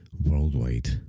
worldwide